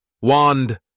Wand